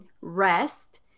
rest